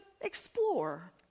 explore